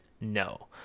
No